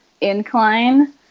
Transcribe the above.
incline